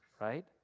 right